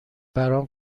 برام